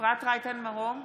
אפרת רייטן מרום,